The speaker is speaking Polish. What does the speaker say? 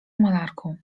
malarką